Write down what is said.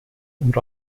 und